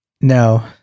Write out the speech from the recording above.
No